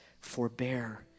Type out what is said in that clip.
forbear